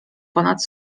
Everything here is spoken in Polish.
ponad